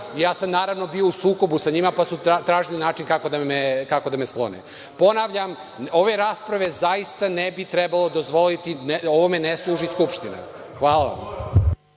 Naravno, bio sam u sukobu sa njima pa su tražili način kako da me sklone. Ponavljam, ove rasprave zaista ne bi trebalo dozvoliti. Ovome ne služi Skupština. Hvala vam.